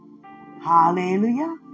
hallelujah